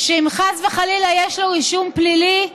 אם חס וחלילה יש לו אישום פלילי,